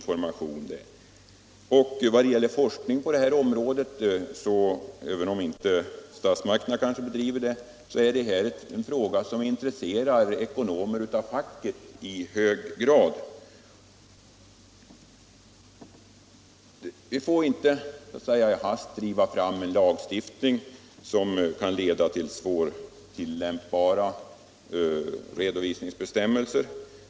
Vad beträffar forskning på området så är det — även om inte statsmakterna bedriver sådan forskning — en fråga som intresserar ekonomer av facket i hög grad. Vi får inte i hast driva fram en lagstiftning som kan leda till svårtillämpade redovisningsbestämmelser.